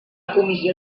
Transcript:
comissió